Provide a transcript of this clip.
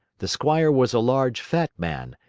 the squire was a large, fat man,